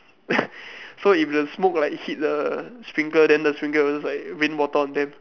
so if the smoke like hit the sprinkler then the sprinkler will just like rain water on them